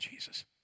Jesus